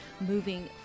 moving